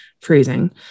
freezing